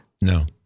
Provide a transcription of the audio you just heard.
No